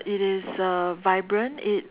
it is uh vibrant it